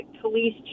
police